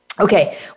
Okay